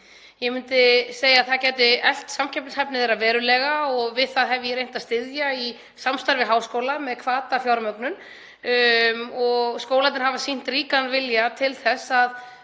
Ég myndi segja að það gæti eflt samkeppnishæfni þeirra verulega og við það hef ég reynt að styðja í samstarfi við háskóla með hvatafjármögnun. Skólarnir hafa sýnt ríkan vilja til þess að